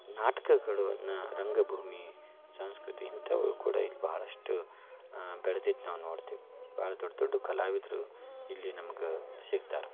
ನಾಟಕಗಳನ್ನು ರಂಗಭೂಮಿ ಸಂಸ್ಕೃತಿ ಇಂಥವು ಕೂಡ ಇಲ್ಲಿ ಬಹಳಷ್ಟು ಬೆಳ್ದಿದ್ದು ನಾವು ನೋಡ್ತೀವಿ ಭಾಳ ದೊಡ್ಡ ದೊಡ್ಡ ಕಲಾವಿದ್ರು ಇಲ್ಲಿ ನಮ್ಗೆ ಸಿಗ್ತಾರೆ